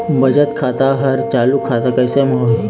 बचत खाता हर चालू खाता कैसे म होही?